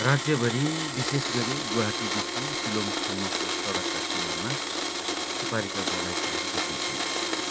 राज्यभरि विशेष गरी गुवाहाटीदेखि सिलङसम्मको सडकका किनारमा सुपारीका बगैँचाहरू देखिन्छन्